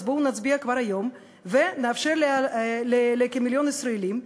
בואו נצביע כבר היום ונאפשר לכמיליון ישראלים,